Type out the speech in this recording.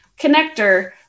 connector